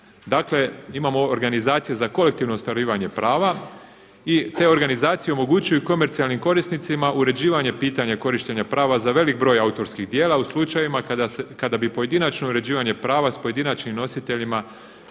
Dakle imamo organizacije za kolektivno ostvarivanje prava i te organizacije omogućuju komercijalnim korisnicima uređivanje pitanja korištenja prava za velik broj autorskih djela u slučajevima kada bi pojedinačno uređivanje prava s pojedinačnim nositeljima